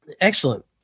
Excellent